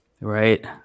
Right